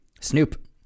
snoop